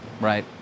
right